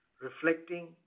reflecting